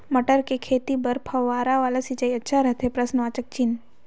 मटर के खेती बर फव्वारा वाला सिंचाई अच्छा रथे?